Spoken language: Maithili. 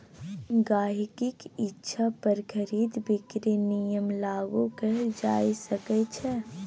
गहिंकीक इच्छा पर खरीद बिकरीक नियम लागू कएल जा सकैत छै